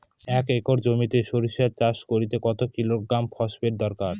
এক একর জমিতে সরষে চাষ করতে কত কিলোগ্রাম ফসফেট দরকার?